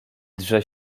drze